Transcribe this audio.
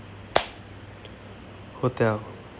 hotel